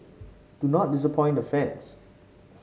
do not disappoint the fans